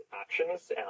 actions